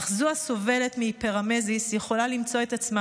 אך זו הסובלת מהיפרמזיס יכולה למצוא את עצמה,